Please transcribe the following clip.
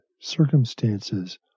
circumstances